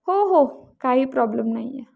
हो हो काही प्रॉब्लेम नाही आहे